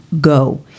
go